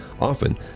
Often